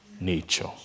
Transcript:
nature